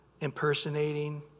impersonating